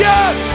Yes